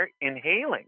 inhaling